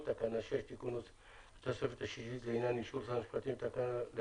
2. תקנה 6 (תיקון התוספת השישית - לעניין אישור שר המשפטים להתקנת